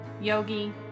yogi